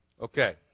Okay